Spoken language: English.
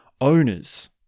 owners